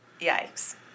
yikes